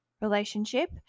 relationship